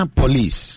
police